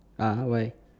(uh huh) why